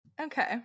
Okay